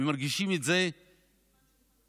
ומרגישים את זה במאות